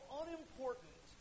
unimportant